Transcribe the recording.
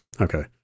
Okay